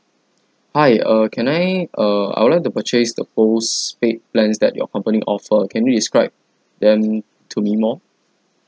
hi err can I uh I would like to purchase the postpaid plans that your company offer can you describe them to me more